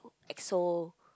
EXO